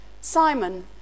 Simon